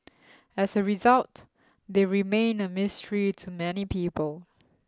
as a result they remain a mystery to many people